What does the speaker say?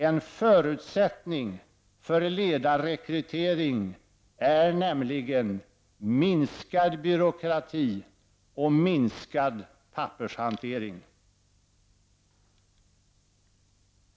En förutsättning för ledarrekrytering är nämligen minskad byråkrati och minskad ”pappershantering”.